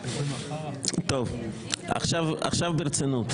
טוב, עכשיו ברצינות.